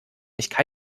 ich